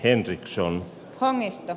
hendrickson annista